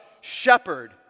shepherd